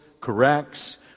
corrects